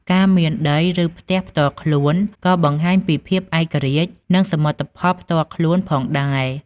ការមានដី ឬផ្ទះផ្ទាល់ខ្លួនក៏បង្ហាញពីភាពឯករាជ្យ និងសមិទ្ធផលផ្ទាល់ខ្លួនផងដែរ។